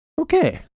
Okay